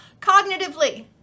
cognitively